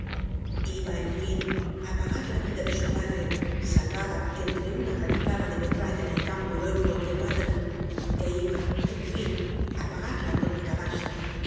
iba en fin á pagar la vida de su padre salvada entre una granizada de metralla en el campo heroico de waterlóo é iba en fin á pagarla con el cadalso